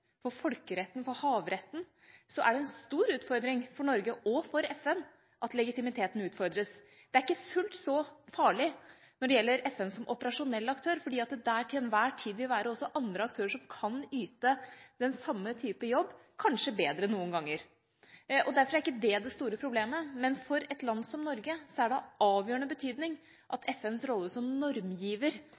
for folkeretten og for havretten, er det en stor utfordring for Norge og for FN at legitimiteten utfordres. Det er ikke fullt så farlig når det gjelder FN som operasjonell aktør, fordi det der til enhver tid vil være andre aktører som kan yte den samme type jobb, kanskje bedre noen ganger. Derfor er ikke dét det store problemet, men for et land som Norge er det av avgjørende betydning at FNs rolle som normgiver